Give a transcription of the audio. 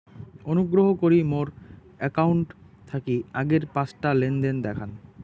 অনুগ্রহ করি মোর অ্যাকাউন্ট থাকি আগের পাঁচটা লেনদেন দেখান